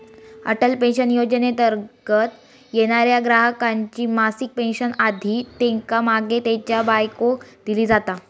Atal pension योजनेंतर्गत येणाऱ्या ग्राहकाची मासिक पेन्शन आधी त्येका मागे त्येच्या बायकोक दिली जाता